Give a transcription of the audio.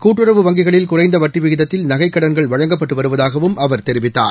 கூட்டுறவு வங்கிகளில் குறைந்த வட்டி விகிதத்தில் நகைக்கடன்கள் வழங்கப்பட்டு வருவதாகவும் அவர் தெரிவித்தார்